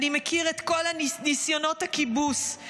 אני מכיר את כל ניסיונות הכיבוס,